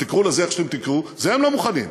ותקראו לזה איך שתקראו, זה הם לא מוכנים,